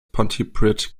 pontypridd